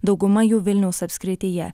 dauguma jų vilniaus apskrityje